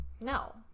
No